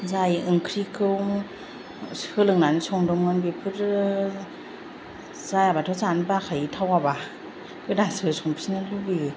जाय ओंख्रिखौ सोलोंनानै संदोंमोन बेफोरो जायाब्लाथ' जानो बाखायो थावाब्ला गोदानसो संफिननो लुबैयो